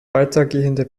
weitergehende